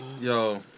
Yo